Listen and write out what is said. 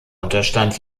unterstand